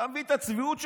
אתה מבין את הצביעות שלך?